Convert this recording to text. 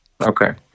Okay